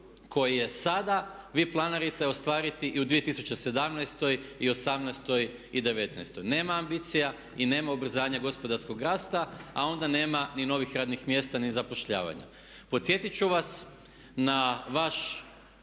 koji je sada vi planirate ostvariti i u 2017. i '18. i '19. Nema ambicija i nema ubrzanja gospodarskog rasta a onda nema ni novih radnih mjesta ni zapošljavanja. Podsjetiti ću vas na vaš